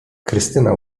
krystyna